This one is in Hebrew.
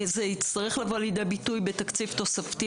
זה יצטרך לבוא לידי ביטוי בתקציב תוספתי,